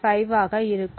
5 ஆக இருக்கும்